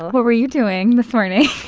what were you doing this morning?